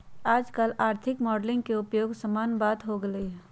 याजकाल आर्थिक मॉडलिंग के उपयोग सामान्य बात हो गेल हइ